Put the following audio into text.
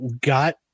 got